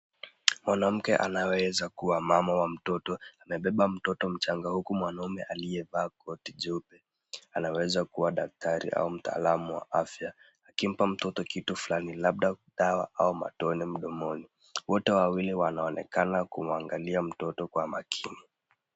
Mwanamke anaweza kuwa mama wa mtoto. Amebeba mtoto mchanga huku mwanaume aliyevaa koti jeupe, anaweza kuwa dakatari au mtaalamu wa afya akimpa mtoto kitu fulani labda dawa au matone mdomoni. Wote wawili wanaonekana kumwangalia mtoto kwa makini.